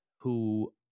who-